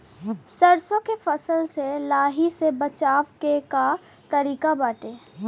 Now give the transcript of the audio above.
सरसो के फसल से लाही से बचाव के का तरीका बाटे?